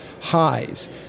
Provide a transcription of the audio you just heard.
highs